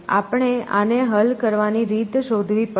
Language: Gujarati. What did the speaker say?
આપણે આને હલ કરવાની રીત શોધવી પડશે